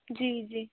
जी जी